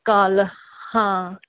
کالہٕ ہاں